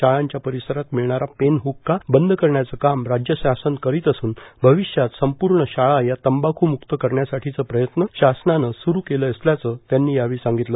शाळांच्या परिसरात मिळणारा पेन हक्का बंद करण्याचं काम राज्य शासन करीत असूनए भविष्यात संपूर्ण शाळा या तंबाखमुक्त करण्यासाठीचे प्रयत्न शासनानं सुरु केले असल्याचं त्यांनी यावेळी सांगितलं